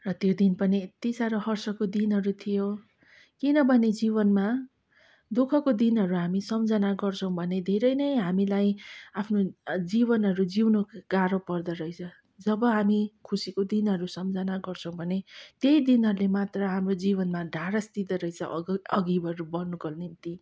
र त्यो दिन पनि यत्ति साह्रो हर्षको दिनहरू थियो किनभने जीवनमा दुःखको दिनहरू हामी सम्झना गर्छौँ भने धेरै नै हामीलाई आफ्नो जीवनहरू जिउनु गाह्रो पर्दोरहेछ जब हामी खुसीको दिनहरू सम्झना गर्छौँ भने त्यही दिनहरूले मात्र हाम्रो जीवनमा ढाडस दिँदोरहेछ अग अघिहरू बढ्नुको निम्ति